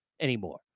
anymore